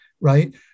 right